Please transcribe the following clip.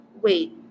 Wait